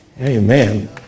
Amen